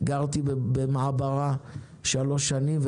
גרתי במעברה שלוש שנים,